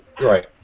right